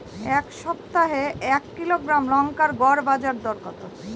এই সপ্তাহে এক কিলোগ্রাম লঙ্কার গড় বাজার দর কত?